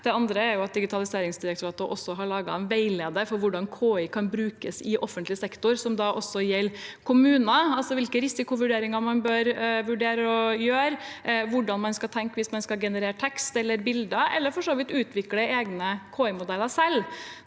Digitaliseringsdirektoratet også har laget en veileder for hvordan KI kan brukes i offentlig sektor, som da også gjelder kommuner – altså hvilke risikovurderinger man bør vurdere å gjøre, og hvordan man skal tenke hvis man skal generere tekst eller bilder eller for så vidt utvikle egne KI-modeller selv.